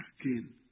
again